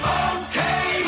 okay